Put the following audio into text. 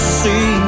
see